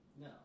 No